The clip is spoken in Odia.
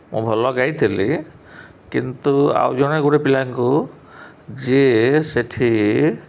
ମୁଁ ଭଲ ଗାଇଥିଲି କିନ୍ତୁ ଆଉ ଜଣେ ଗୋଟେ ପିଲାଙ୍କୁ ଯିଏ ସେଇଠି